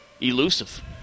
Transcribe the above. elusive